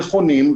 נכונים,